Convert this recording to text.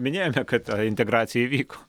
minėjome kad integracija įvyko